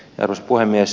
arvoisa puhemies